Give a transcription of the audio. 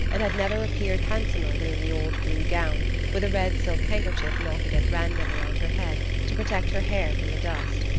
and had never appeared handsomer than in the old blue gown, with a red silk handkerchief knotted at random around her head to protect her hair from the dust.